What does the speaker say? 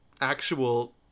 actual